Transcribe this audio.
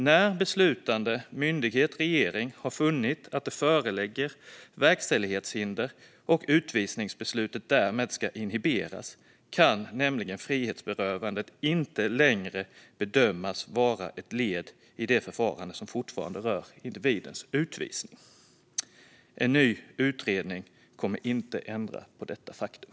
När en beslutande myndighet eller regering har funnit att det föreligger verkställighetshinder och utvisningsbeslutet därmed ska inhiberas kan nämligen frihetsberövandet inte längre bedömas vara ett led i ett förfarande som rör individens utvisning. En ny utredning kommer inte att ändra på detta faktum.